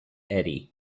eddie